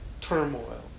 turmoil